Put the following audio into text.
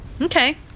Okay